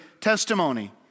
testimony